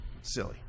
Silly